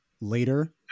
later